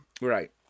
right